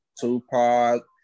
Tupac